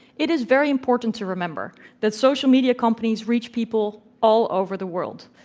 it is very important to remember that social media companies reach people all over the world,